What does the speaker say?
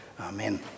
Amen